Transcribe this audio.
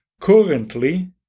currently